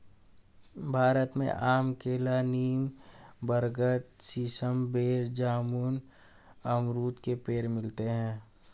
भारत में आम केला नीम बरगद सीसम बेर जामुन अमरुद के पेड़ मिलते है